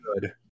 good